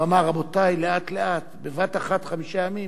הוא אמר: רבותי, לאט לאט, בבת-אחת חמישה ימים?